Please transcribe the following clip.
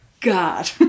god